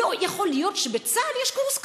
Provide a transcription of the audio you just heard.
לא יכול להיות שבצה"ל יש קורס כזה.